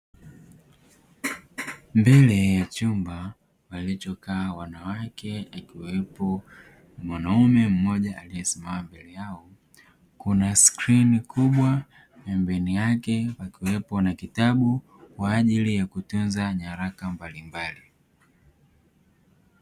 Mbele ya chumba walichokaa wanawake akiwepo mwanaume mmoja aliesimama mbele yao kuna skrini kubwa pembeni yake pakiwa kitabu kwa ajili ya kutunza nyaraka mbalimbali.